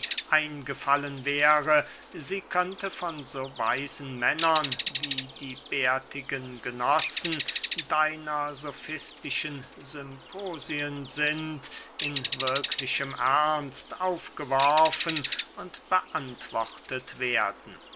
eingefallen wäre sie könnte von so weisen männern wie die bärtigen genossen deiner sofistischen symposien sind in wirklichem ernst aufgeworfen und beantwortet werden